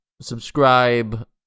subscribe